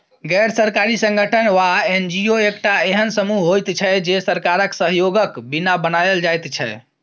गैर सरकारी संगठन वा एन.जी.ओ एकटा एहेन समूह होइत छै जे सरकारक सहयोगक बिना बनायल जाइत छै